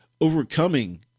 overcoming